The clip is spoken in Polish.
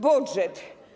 Budżet.